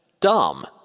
dumb